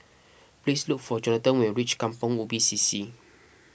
please look for Johnathan when you reach Kampong Ubi C C